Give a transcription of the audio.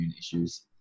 issues